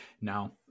Now